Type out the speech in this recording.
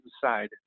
side